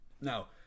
now